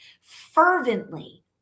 fervently